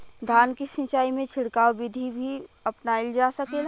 धान के सिचाई में छिड़काव बिधि भी अपनाइल जा सकेला?